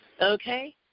okay